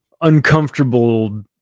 uncomfortable